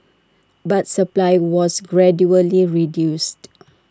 but supply was gradually reduced